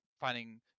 finding